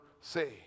say